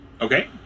Okay